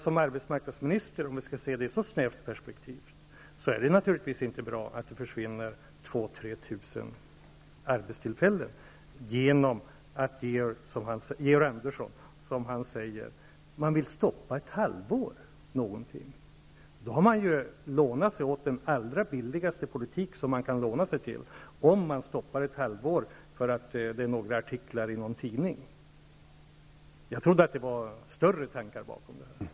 Som arbetsmarknadsminister -- om jag nu skall se detta i ett så snävt perspektiv -- tycker jag inte att det är bra att 2 000--3 000 arbetstillfällen försvinner på grund av att en, som Georg Andersson säger, tidigare regering ville skjuta på en förändring ett halvår på grund av några artiklar i en tidning. Då har man lånat sig till den allra billigaste politik som man kan låna sig till. Jag trodde att det låg större tankar bakom beslutet.